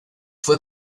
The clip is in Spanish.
fue